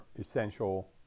essential